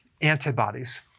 antibodies